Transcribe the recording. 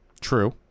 True